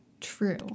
true